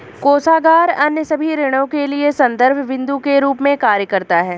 कोषागार अन्य सभी ऋणों के लिए संदर्भ बिन्दु के रूप में कार्य करता है